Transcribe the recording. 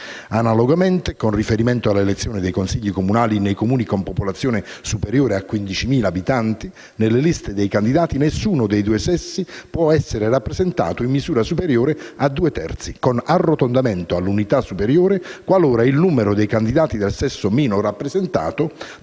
Analogamente, con riferimento all'elezione dei Consigli comunali nei Comuni con popolazione superiore a 15.000 abitanti, «nelle liste dei candidati nessuno dei due sessi può essere rappresentato in misura superiore a due terzi, con arrotondamento all'unità superiore qualora il numero dei candidati del sesso meno rappresentato